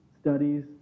studies